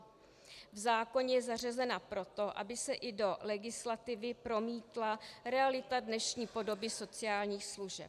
V zákoně je zařazena proto, aby se i do legislativy promítla realita dnešní podoby sociálních služeb.